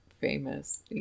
famous